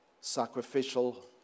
Sacrificial